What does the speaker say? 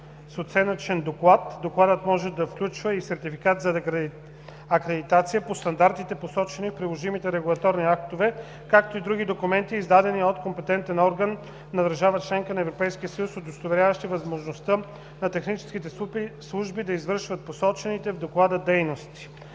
с оценъчен доклад. Докладът може да включва и сертификат за акредитация по стандартите, посочени в приложимите регулаторни актове, както и други документи, издадени от компетентнен орган на държава-членка на Европейския съюз, удостоверяващи възможността на техническите служби да извършват посочените в доклада дейности.“